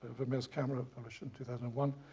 vermeer's camera published in two thousand and one,